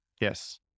yes